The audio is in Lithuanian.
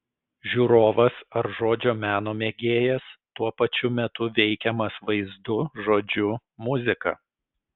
žiūrovas ar žodžio meno mėgėjas tuo pačiu metu veikiamas vaizdu žodžiu muzika